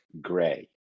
gray